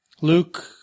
Luke